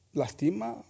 lastima